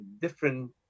different